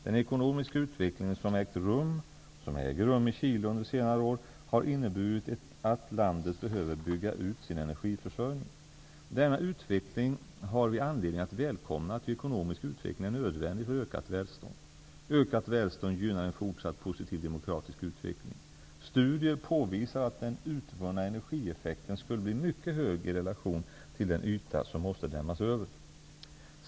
Den ekonomiska utveckling som ägt rum i Chile under senare år, och äger rum, har inneburit att landet behöver bygga ut sin energiförsörjning. Denna utveckling har vi anledning att välkomna ty ekonomisk utveckling är nödvändig för ökat välstånd. Ökat välstånd gynnar en fortsatt positiv demokratisk utveckling. Studier påvisar att den utvunna energieffekten skulle bli mycket hög i relation till den yta som måste dämmas över.